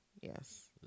Yes